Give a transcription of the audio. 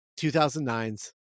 2009's